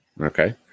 Okay